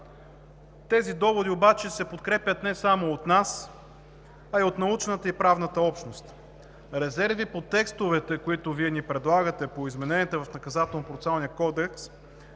Тези доводи обаче се подкрепят не само от нас, а и от научната и правната общност. Резерви по текстовете, които Вие ни предлагате по измененията в